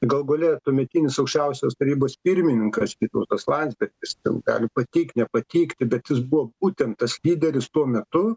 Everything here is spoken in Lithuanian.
galų gale tuometinis aukščiausios tarybos pirmininkas vytautas landsbergis ten gali patikt nepatikti bet jis buvo būtent tas lyderis tuo metu